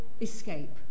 escape